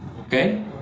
Okay